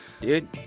dude